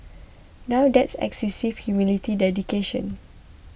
now that's excessive humility dedication